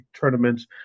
tournaments